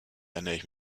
ernähre